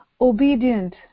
obedient